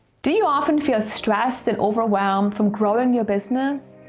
do you often feel stressed and overwhelmed from growing your business?